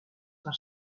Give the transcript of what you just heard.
per